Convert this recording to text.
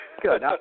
Good